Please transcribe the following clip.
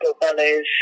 ballets